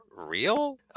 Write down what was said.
real